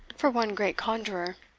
for one great conjurer.